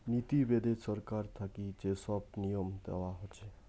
নীতি বেদে ছরকার থাকি যে সব নিয়ম দেয়া হসে